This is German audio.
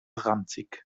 ranzig